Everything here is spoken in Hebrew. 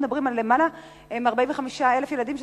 אנחנו מדברים על למעלה מ-45,000 ילדים.